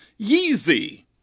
Yeezy